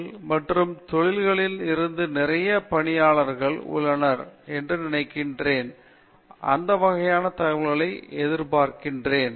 பேராசிரியர் பிரதாப் ஹரிதாஸ் தொழில்கள் மற்றும் தொழில்களில் இருந்து நிறையப் பணியாளர்கள் உள்ளனர் என நான் நினைக்கிறேன் இந்த வகையான தகவலைப் எதிர்பார்க்கிறேன்